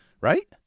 Right